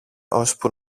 ώσπου